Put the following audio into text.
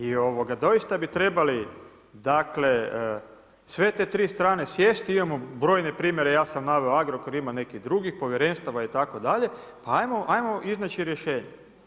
I doista bi trebali sve te 3 strane sjesti, imamo brojne primjere, ja sam naveo Agrokor, ima nekih drugih povjerenstava itd., pa ajmo iznaći rješenje.